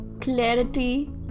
clarity